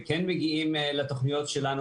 וכן מגיעים לתוכניות שלנו,